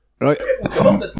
Right